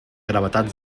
gravetat